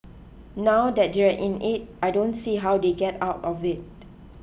now that they're in it I don't see how they get out of it